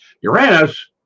uranus